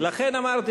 אז לכן אמרתי,